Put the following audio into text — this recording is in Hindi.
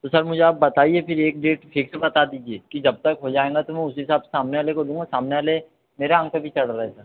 तो सर मुझे आप बताइए फिर एक डेट फ़िक्स बता दीजिए कि जब तक हो जाएगा तो मैं उसी हिसाब से सामने वाले को दूँगा सामने वाले मेरे नाम से भी चढ़ रहे सर